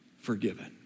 Forgiven